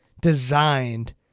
designed